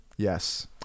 Yes